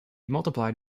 multiplied